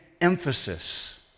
emphasis